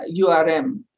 URM